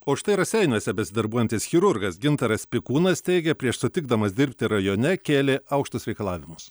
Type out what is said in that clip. o štai raseiniuose besidarbuojantis chirurgas gintaras pikūnas teigia prieš sutikdamas dirbti rajone kėlė aukštus reikalavimus